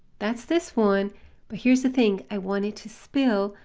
that's this one but here's the thing, i want it to spill,